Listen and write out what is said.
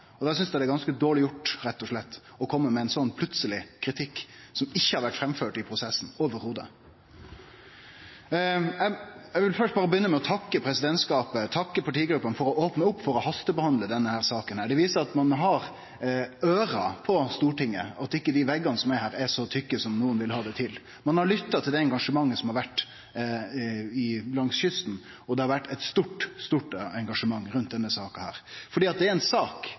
og gjorde han bra. Da synest eg rett og slett det er ganske dårleg gjort å kome med ein slik plutseleg kritikk som ikkje har vore framført i prosessen i det heile. Eg vil begynne med å takke presidentskapet og partigruppene for å ha opna opp for å hastebehandle denne saka. Det viser at ein har øyre på Stortinget, og at ikkje dei veggane som er her, er så tjukke som nokre vil ha det til. Ein har lytta til det engasjementet som har vore langs kysten, og det har vore eit stort, stort engasjement rundt denne saka. For dette er ei sak av stor prinsipiell betydning som ligg gøymd i ein